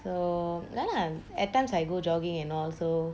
so ya lah at times I go jogging and all so